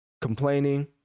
complaining